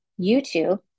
YouTube